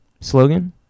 slogan